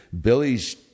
Billy's